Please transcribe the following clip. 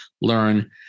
learn